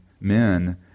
men